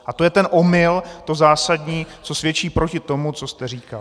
A to jen ten omyl, to zásadní, co svědčí proti tomu, co jste říkal.